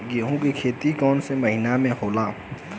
गेहूं के खेती कौन महीना में होला?